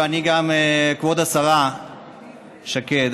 וכבוד השרה שקד,